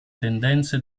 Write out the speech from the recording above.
tendenze